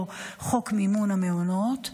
או חוק מימון המעונות,